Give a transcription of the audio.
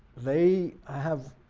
they have